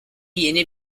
yeni